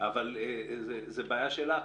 אבל זה בעיה של אכ"א.